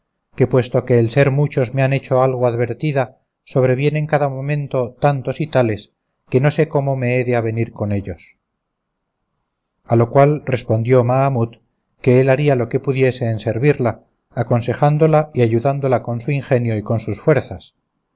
que puesto que el ser muchos me han hecho algo advertida sobrevienen cada momento tantos y tales que no sé cómo me he de avenir con ellos a lo cual respondió mahamut que él haría lo que pudiese en servirla aconsejándola y ayudándola con su ingenio y con sus fuerzas